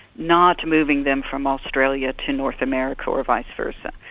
not moving them from australia to north america or vice versa.